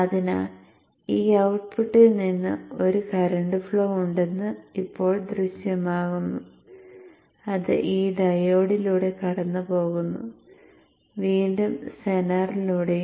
അതിനാൽ ഈ ഔട്ട്പുട്ടിൽ നിന്ന് ഒരു കറന്റ് ഫ്ലോ ഉണ്ടെന്ന് ഇപ്പോൾ ദൃശ്യമാകുന്നു അത് ഈ ഡയോഡിലൂടെ കടന്നുപോകുന്നു വീണ്ടും സെനറിലൂടെയും